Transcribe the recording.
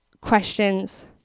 questions